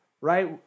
right